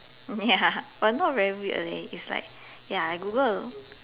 ya but not very weird leh it's like ya I Google